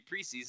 preseason